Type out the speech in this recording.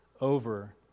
over